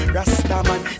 Rastaman